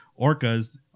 orcas